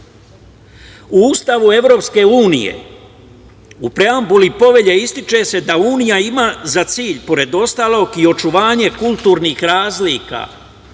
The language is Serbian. Ustavu EU, u preambuli povelje ističe se da Unija ima za cilj, pored ostalog, i očuvanje kulturnih razlika,